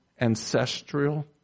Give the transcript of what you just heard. ancestral